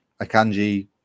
Akanji